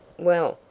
well,